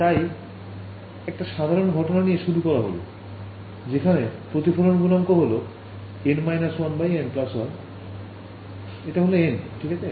তাই একটা সাধারণ ঘটনা নিয়ে শুরু করা হল যেখানে প্রতিফলন গুনাঙ্ক হল n − 1n 1 এটা হল n ঠিক আছে